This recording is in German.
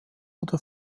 oder